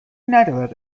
ندارد